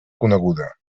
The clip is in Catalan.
coneguda